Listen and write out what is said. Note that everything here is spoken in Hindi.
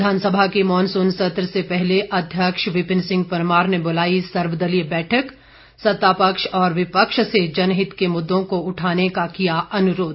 विधानसभा के मॉनसून सत्र से पहले अध्यक्ष विपिन सिंह परमार ने बुलाई सर्वदलीय बैठक सत्ता पक्ष और विपक्ष से जनहित के मुददों को उठाने का किया अनुरोध